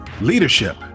Leadership